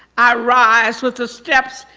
i rise with the steps,